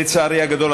לצערי הגדול,